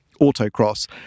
autocross